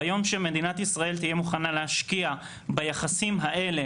ביום שמדינת ישראל תהיה מוכנה להשקיע ביחסים האלה